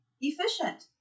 Efficient